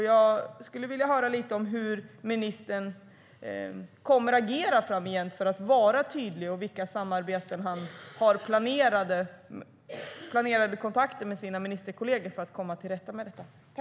Jag skulle vilja höra lite om hur ministern kommer att agera framgent för att vara tydlig och vilka samarbeten och planerade kontakter han har med sina ministerkolleger för att komma till rätta med detta.